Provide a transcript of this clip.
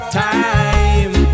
time